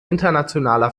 internationaler